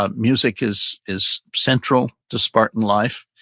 ah music is is central to spartan life,